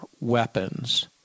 weapons